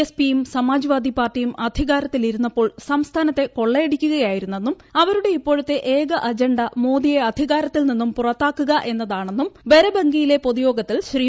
S പ്പിയ്ക്കുട്ട് സമാജ്വാദി പാർട്ടിയും അധികാരത്തിലിരുന്നപ്പോൾ സംസ്കാന്റുത്തെ കൊള്ളയടിക്കുകയായിരുന്നെന്നും അവരുടെ ഇപ്പോഴത്തെ ഏക അജണ്ട മോദിയെ അധികാര്ത്തിൽ നിന്നും പുറത്താക്കുക എന്നതാണെന്നും ബരബ്ട്ഗിയിലെ പൊതുയോഗത്തിൽ ശ്രീ